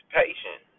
patient